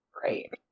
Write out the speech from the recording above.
Great